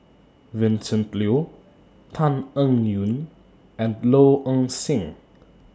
Vincent Leow Tan Eng Yoon and Low Ing Sing